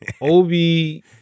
Obi